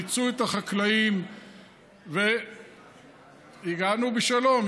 פיצו את החקלאים והגענו בשלום,